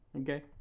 Okay